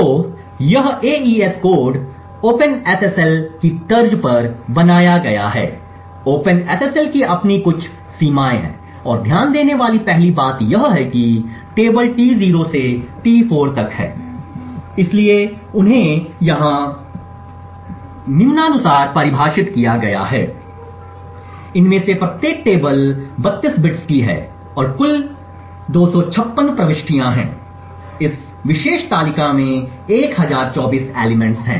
तो यह AES code open SSL की तर्ज पर बनाया गया है ओपन एसएसएल की अपनी कुछ सीमाएं है और ध्यान देने वाली पहली बात यह है कि टेबल T0 से T4 है इसलिए उन्हें यहां निम्नानुसार परिभाषित किया गया है इसलिए इनमें से प्रत्येक टेबल 32 बिट्स की है और कुल 256 प्रविष्टियाँ हैं इस विशेष तालिका में 1024 तत्व हैं